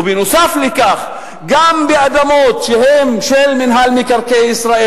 ונוסף על כך גם באדמות שהן של מינהל מקרקעי ישראל.